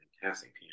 fantastic